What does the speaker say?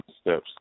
steps